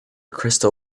crystal